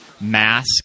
Mask